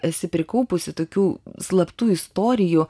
esi prikaupusi tokių slaptų istorijų